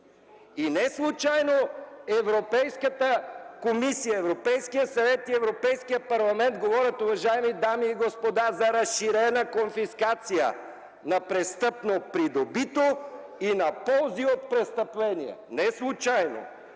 И неслучайно Европейската комисия, Европейският съвет и Европейският парламент говорят, уважаеми дами и господа, за разширена конфискация на престъпно придобито и на ползи от престъпления. Неслучайно!